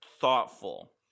thoughtful